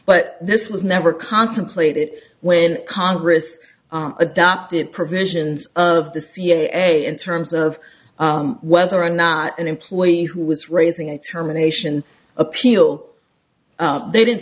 but this was never contemplated when congress adopted provisions of the cia in terms of whether or not an employee who was raising a terminations appeal they didn't